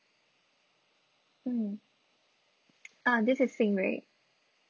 mm uh this is sing rui